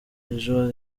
ejo